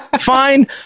Fine